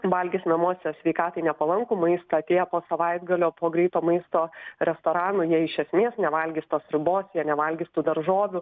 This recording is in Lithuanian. valgys namuose sveikatai nepalankų maistą atėję po savaitgalio po greito maisto restorano jie iš esmės nevalgys tos sriubos jie nevalgs tų daržovių